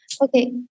okay